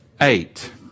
eight